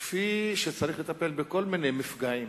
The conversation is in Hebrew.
כמו בכל מיני מפגעים